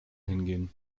hingehen